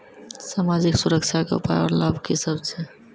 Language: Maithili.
समाजिक सुरक्षा के उपाय आर लाभ की सभ छै?